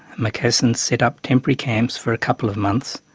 macassans set up temporary camps, for a couple of months,